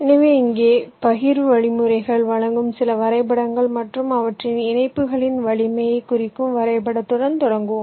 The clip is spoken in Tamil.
எனவே இங்கே பகிர்வு வழிமுறைகள் வழங்கும் சில வரைபடங்கள் மற்றும் அவற்றின் இணைப்புகளின் வலிமையைக் குறிக்கும் வரைபடத்துடன் தொடங்குவோம்